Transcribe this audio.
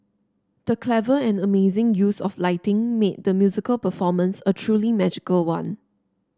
the clever and amazing use of lighting made the musical performance a truly magical one